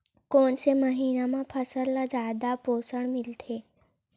कोन से महीना म फसल ल जादा पोषण मिलथे?